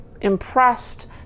impressed